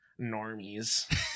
normies